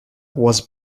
was